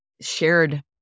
shared